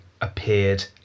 appeared